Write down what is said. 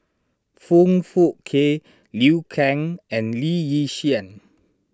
Foong Fook Kay Liu Kang and Lee Yi Shyan